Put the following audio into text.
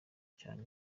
cyane